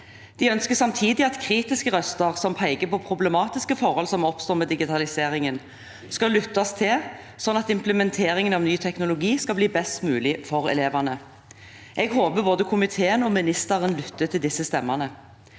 De ønsker samtidig at kritiske røster som peker på problematiske forhold som oppstår med digitaliseringen, skal lyttes til, slik at implementeringen av ny teknologi skal bli best mulig for elevene. Jeg håper både komiteen og ministeren lytter til disse stemmene.